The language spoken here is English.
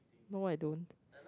no I don't